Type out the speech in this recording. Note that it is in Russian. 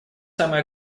самое